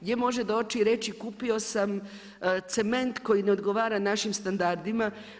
Gdje može doći i reći kupio sam cement koji ne odgovora našim standardima?